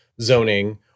zoning